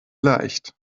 leicht